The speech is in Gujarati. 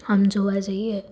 આમ જોવા જઇએ